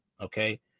okay